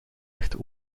echt